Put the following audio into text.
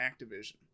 activision